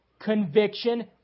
conviction